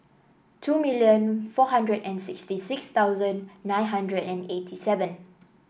two million four hundred and sixty six thousand nine hundred and eighty seven